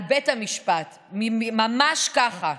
על בית המשפט, ממש ככה.